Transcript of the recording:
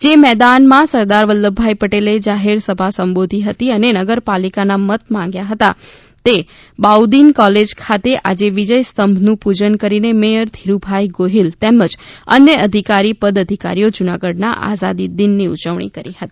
જે મેદાનમાં સરદાર વલ્લભભાઈ પટેલે જાહેર સભાને સંબોધી હતી અને નાગરિકોના મત માગ્યા હતા તે બાઉદીન કોલેજ ખાતે આજે વિજય સ્તંભનું પૂજન કરીને મેયર ધીરૂભાઈ ગોહિલ તેમજ અન્ય અધિકારી પદાધિકારીઓએ જૂનાગઢના આઝાદી દિનની ઉજવણી કરી હતી